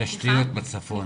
ואני